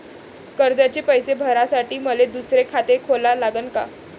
कर्जाचे पैसे भरासाठी मले दुसरे खाते खोला लागन का?